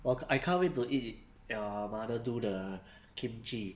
!wah! I can't wait to eat your mother do the kimchi